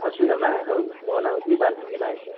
ଆସୁଛ ନା ହଉ ହଉ ମୋ ନା ହେଉଛି ବାଲ୍ମୀକି ନାୟକ